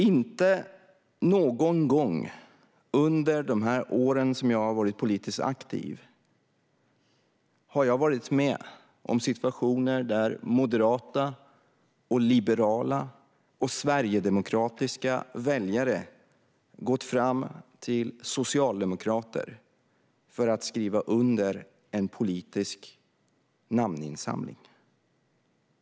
Inte någon gång under de år som jag har varit politiskt aktiv har jag varit med om situationer där moderata, liberala och sverigedemokratiska väljare gått fram till socialdemokrater för att skriva under en politisk namninsamling.